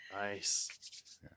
Nice